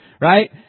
right